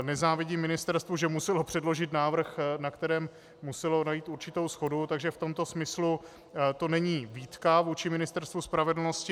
Nezávidím ministerstvu, že muselo předložit návrh, na kterém muselo najít určitou shodu, takže v tomto smyslu to není výtka vůči Ministerstvu spravedlnosti.